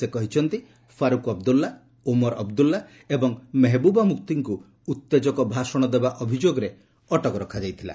ସେ କହିଛନ୍ତି ଫାରୁକ ଅବଦୁଲ୍ଲା ଓମର ଅବଦୁଲ୍ଲା ଏବଂ ମେହବୁବା ମୁଫତୀଙ୍କୁ ଉତ୍ତେଜକ ଭାଷଣ ଦେବା ଅଭିଯୋଗରେ ଅଟକ ରଖାଯାଇଥିଲା